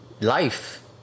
Life